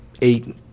eight